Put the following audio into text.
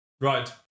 Right